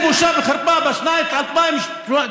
זה בושה וחרפה שבשנת 2018,